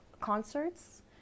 concerts